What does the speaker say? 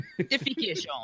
Defecation